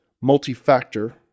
multi-factor